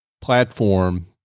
platform